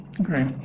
Okay